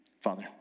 Father